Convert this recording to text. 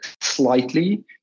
slightly